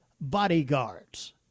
bodyguards